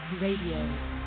Radio